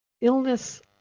illness